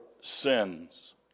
sins